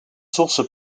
sources